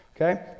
okay